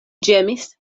ĝemis